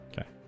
Okay